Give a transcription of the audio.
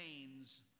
remains